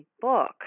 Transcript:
book